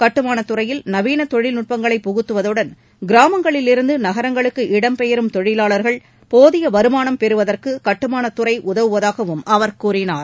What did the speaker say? கட்டுமானத் துறையில் நவீன தொழில்நுட்பங்களை புகுத்துவதுடன் கிராமங்களிலிருந்து நகரங்களுக்கு இடம்பெயரும் தொழிலாளர்கள் போதிய வருமானம் பெறுவதற்கு கட்டுமானத் துறை உதவுவதாகவம் அவர் கூறினார்